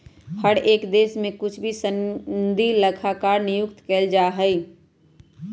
हर एक देश में कुछ ही सनदी लेखाकार नियुक्त कइल जा हई